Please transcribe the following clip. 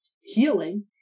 healing